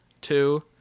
Two